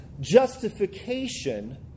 justification